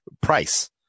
price